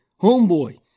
homeboy